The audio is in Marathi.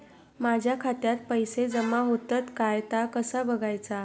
माझ्या खात्यात पैसो जमा होतत काय ता कसा बगायचा?